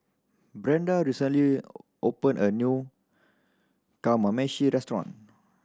Brenda recently opened a new Kamameshi Restaurant